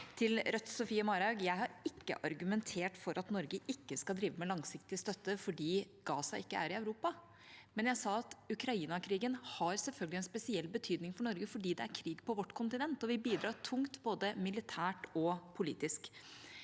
Til Rødts Sofie Marhaug: Jeg har ikke argumentert for at Norge ikke skal drive med langsiktig støtte fordi Gaza ikke er i Europa, men jeg sa at Ukraina-krigen selvfølgelig har en spesiell betydning for Norge fordi det er krig på vårt kontinent, og vi bidrar tungt både militært og politisk.